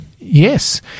Yes